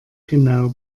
genau